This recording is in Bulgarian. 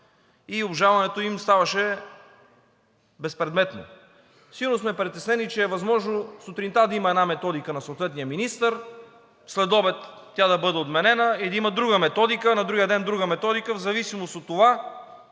Обжалването им ставаше безпредметно. Силно сме притеснени, че е възможно сутринта да има една методика на съответния министър, следобед тя да бъде отменена и да има друга методика, на следващия ден – друга методика, в зависимост от това